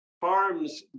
farms